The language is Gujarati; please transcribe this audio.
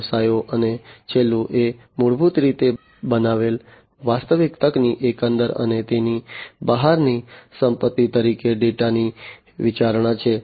વ્યવસાયો અને છેલ્લું એ મૂળભૂત રીતે બનાવેલ વાસ્તવિક તકની અંદર અને તેની બહારની સંપત્તિ તરીકે ડેટાની વિચારણા છે